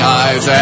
eyes